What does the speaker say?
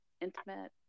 intimate